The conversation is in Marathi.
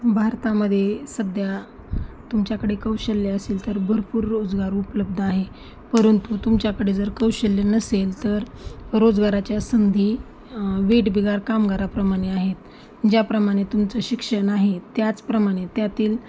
भारतामध्ये सध्या तुमच्याकडे कौशल्य असेल तर भरपूर रोजगार उपलब्ध आहे परंतु तुमच्याकडे जर कौशल्य नसेल तर रोजगाराच्या संधी वेठ बिगार कामगाराप्रमाणे आहेत ज्याप्रमाणे तुमचं शिक्षण आहे त्याचप्रमाणे त्यातील